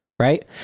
Right